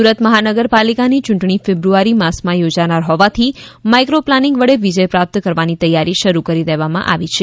સુરત મહાનગરપાલિકાની ચૂંટણી ફેબ્રુઆરી માસમાં યોજાનાર હોવાથી માઈક્રો પ્લાનિંગ વડે વિજય પ્રાપ્ત કરવાની તૈયારી શરૂ કરી દેવામાં આવી છે